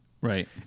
right